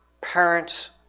Parents